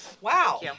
Wow